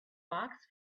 box